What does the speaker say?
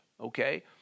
okay